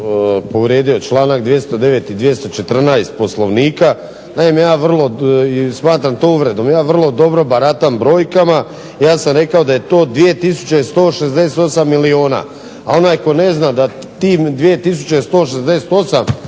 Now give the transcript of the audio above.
povrijedio članak 209. i 214. Poslovnika. Naime, ja vrlo i smatram to uvredom. Ja vrlo dobro baratam brojkama. Ja sam rekao da je to 2 tisuće 168 milijuna, a onaj tko ne zna ta tih 2 tisuće